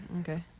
okay